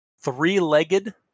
three-legged